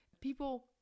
people